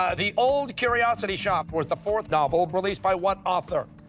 ah the old curiosity shop was the fourth novel released by what author?